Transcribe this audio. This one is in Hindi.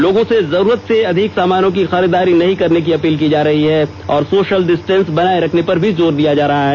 लोगों से जरूरत से अधिक सामानों की खरीदारी नहीं करने की अपील की जा रही है और सोशल डिस्टेंस बनाए रखने पर जोर दिया जा रहा है